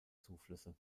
zuflüsse